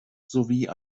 sowie